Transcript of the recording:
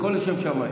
הכול לשם שמיים.